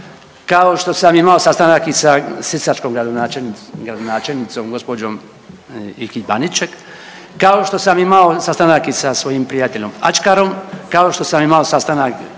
kao što sam imao sastanak i sa sisačkom gradonačelnicom gđom. Ikić Baniček, kao što sam imao sastanak i sa svojim prijateljom Ačkarom, kao što sam imao sastanak